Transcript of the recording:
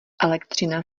elektřina